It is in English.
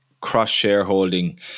cross-shareholding